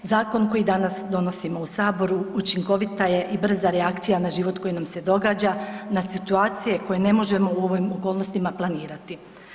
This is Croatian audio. Zakon koji danas donosimo u Saboru učinkovita je i brza reakcija na život koji nam se događa, na situacije koje ne možemo u ovim okolnostima planirati.